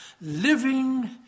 living